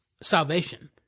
salvation